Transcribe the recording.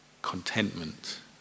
Contentment